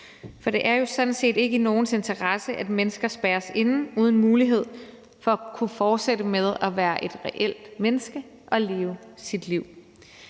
For det er jo sådan set ikke i nogens interesse, at mennesker spærres inde uden mulighed for at kunne fortsætte med at være et reelt menneske og leve sit liv.